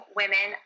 women